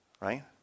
right